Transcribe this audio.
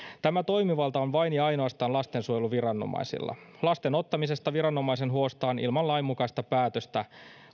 tämä toimivalta on vain ja ainoastaan lastensuojeluviranomaisilla lasten ottamisesta viranomaisen huostaan ilman lainmukaista päätöstä